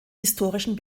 historischen